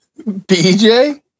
BJ